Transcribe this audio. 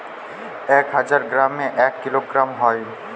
এক হাজার গ্রামে এক কিলোগ্রাম হয়